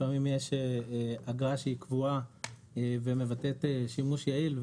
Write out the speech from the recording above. לפעמים יש אגרה שהיא קבועה ומבטאת שימוש יעיל,